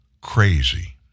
crazy